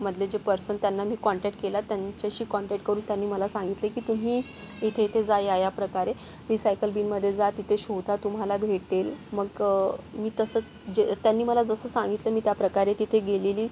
मधले जे पर्सन त्यांना मी कॉन्टॅक्ट केला त्यांच्याशी कॉन्टॅक्ट करून त्यांनी मला सांगितले की तुम्ही इथे इथे जा ह्या ह्या प्रकारे रिसायकल बिनमध्ये जा तिथे शोधा तुम्हाला भेटेल मग मी तसंच जे त्यांनी मला जसं सांगितलं मी त्या प्रकारे तिथे गेलेली